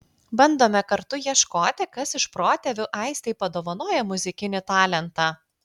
bandome kartu ieškoti kas iš protėvių aistei padovanojo muzikinį talentą